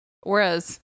Whereas